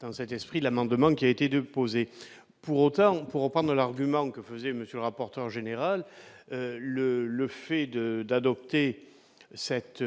dans cet esprit de l'amendement qui a été de poser pour autant, pour reprendre l'argument que faisait Monsieur rapporteur général le, le fait de d'adopter cette